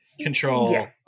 control